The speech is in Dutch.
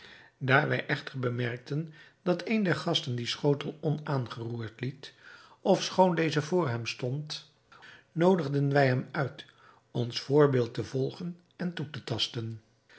wij echter bemerkten dat een der gasten dien schotel onaangeroerd liet ofschoon deze voor hem stond noodigden wij hem uit ons voorbeeld te volgen en toe te tasten